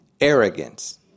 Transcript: arrogance